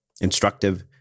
instructive